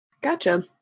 gotcha